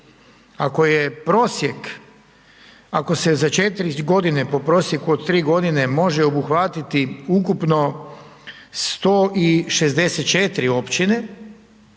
Ako je prosjek, ako se za 4 godine, po prosjeku po od 3 godine može obuhvatiti ukupno 164 općine,